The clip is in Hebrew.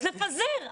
אז נפזר.